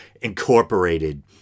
incorporated